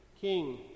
king